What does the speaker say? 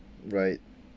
right